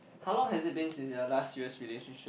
how long has it been since your last serious relationship